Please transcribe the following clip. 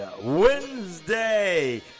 Wednesday